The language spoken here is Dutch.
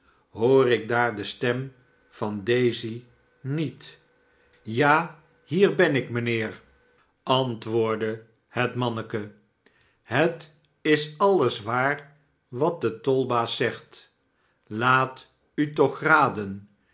hoor ik daar de stem van daisy met ja hier benik barnaby rudge mijnheer antwoordde het manneke het is alles waar wat de tolbaas zegt laat u toch raden